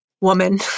woman